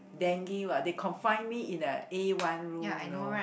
Dengue what they confined me in a a one room though